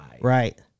right